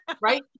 right